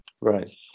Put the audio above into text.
Right